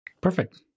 Perfect